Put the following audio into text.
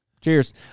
Cheers